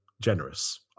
generous